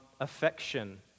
affection